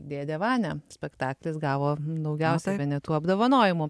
dėdė vania spektaklis gavo daugiausiai yra ne tų apdovanojimų